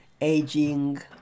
aging